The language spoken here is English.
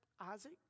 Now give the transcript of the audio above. Isaac